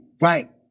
Right